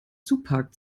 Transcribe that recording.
zupackt